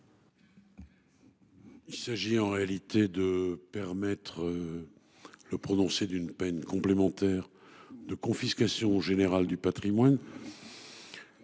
Cet amendement vise à permettre le prononcé d’une peine complémentaire de confiscation générale du patrimoine